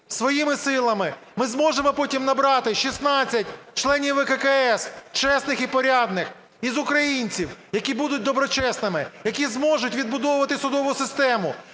своїми силами, ми зможемо потім набрати 16 членів ВККС, чесних і порядних, із українців, які будуть доброчесними, які зможуть відбудовувати судову систему,